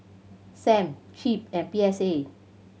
Sam CIP and P S A